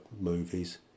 movies